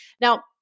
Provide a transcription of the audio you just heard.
Now